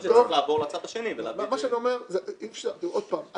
שזה צריך לעבור לצד השני -- מה שאני אומר זה עוד פעם,